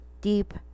deep